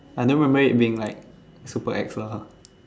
I don't remember it being like super ex lah